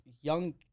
young